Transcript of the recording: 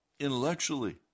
Intellectually